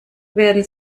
werden